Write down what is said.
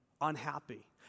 unhappy